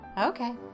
Okay